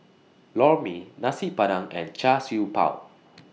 Lor Mee Nasi Padang and Char Siew Bao